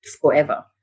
forever